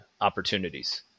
opportunities